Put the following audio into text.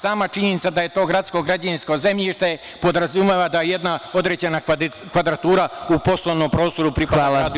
Sama činjenica da je to gradsko građevinsko zemljište podrazumeva da jedna određena kvadratura u poslovnom prostoru pripada…